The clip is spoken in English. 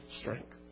strength